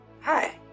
hi